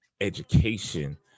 education